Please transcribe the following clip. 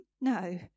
No